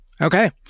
Okay